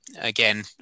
again